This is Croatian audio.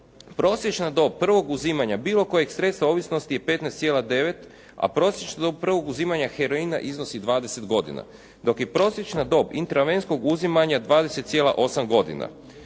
Prosječna dob prvog uzimanja bilo kojeg sredstva ovisnosti je 15,9 a prosječna dob prvog uzimanja heroina iznosi 20 godina. Dok je prosječna dob intravenskog uzimanja 20,8 godina.